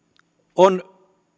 on